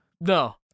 No